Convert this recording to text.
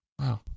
Wow